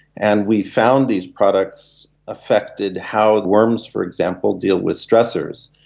and we found these products affected how worms, for example, deal with stressors.